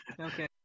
Okay